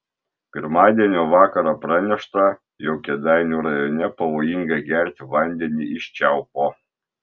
pirmadienio vakarą pranešta jog kėdainių rajone pavojinga gerti vandenį iš čiaupo